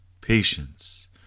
patience